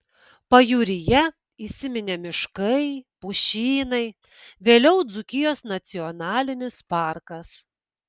pajūryje įsiminė miškai pušynai vėliau dzūkijos nacionalinis parkas